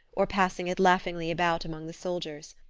or passing it laughingly about among the soldiers.